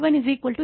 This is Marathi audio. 5 44744749